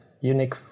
unique